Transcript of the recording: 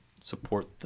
support